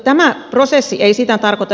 tämä prosessi ei sitä tarkoita